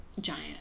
giant